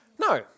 No